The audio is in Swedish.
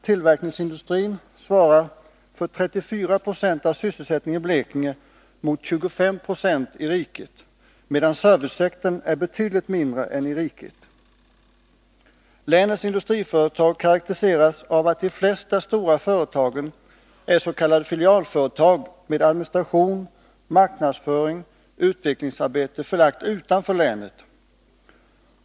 Tillverkningsindustrin svarar för 34 96 av sysselsättningen i Blekinge mot 25 96 i riket som helhet, medan servicesektorn är betydligt mindre än i riket som helhet. Länets industri karakteriseras av att de flesta stora företagen är s.k. filialföretag med administration, marknadsföring och utvecklingsarbete förlagda utanför länet.